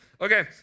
Okay